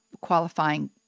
qualifying